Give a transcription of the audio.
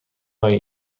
هایی